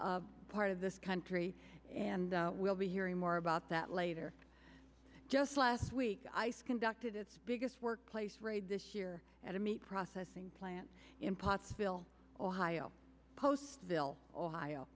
part of this country and will be hearing more about that later just last week ice conducted its biggest workplace raid this year at a meat processing plant in pots ville ohio